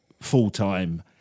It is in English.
full-time